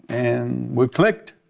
and we clicked.